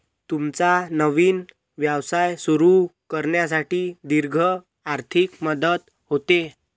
तुमचा नवीन व्यवसाय सुरू करण्यासाठी दीर्घ आर्थिक मदत होते